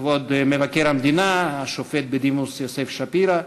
כבוד מבקר המדינה השופט בדימוס יוסף שפירא,